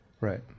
Right